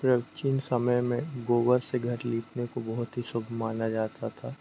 प्राचीन समय में गोबर से घर लीपने को बहुत ही शुभ माना जाता था